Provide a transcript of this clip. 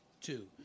two